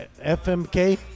FMK